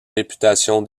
réputation